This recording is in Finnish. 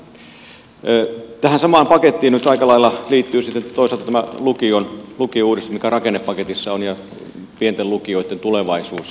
tähän samaan pakettiin liittyy nyt sitten aika lailla toisaalta tämä lukiouudistus mikä rakennepaketissa on ja pienten lukioitten tulevaisuus